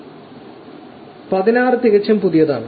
16 തികച്ചും പുതിയതാണ്